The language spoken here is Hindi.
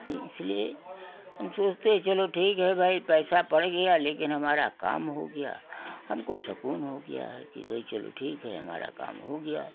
ही इसलिए हम सोचते हैं चलो ठीक है भई पैसा पड़ गया लेकिन हमारा काम हो गया हमको सकून हो गया है कि भई चलो ठीक है हमारा काम हो गया